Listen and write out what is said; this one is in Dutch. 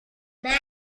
mij